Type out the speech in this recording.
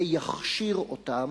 ויכשיר אותם,